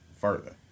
further